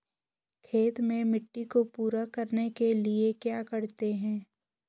खेत में मिट्टी को पूरा करने के लिए क्या करते हैं?